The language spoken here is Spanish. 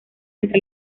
entre